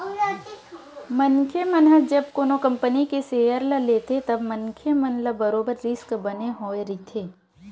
मनखे मन ह जब कोनो कंपनी के सेयर ल लेथे तब मनखे मन ल बरोबर रिस्क बने होय रहिथे